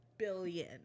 billion